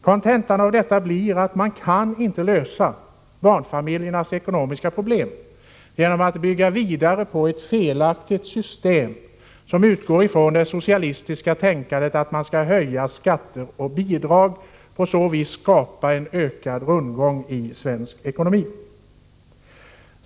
Kontentan av detta blir att man inte kan lösa barnfamiljernas ekonomiska problem genom att bygga vidare på ett felaktigt system som utgår från det socialistiska tänkandet att man skall höja skatter och bidrag och på så vis skapa ökad rundgång i svensk ekonomi.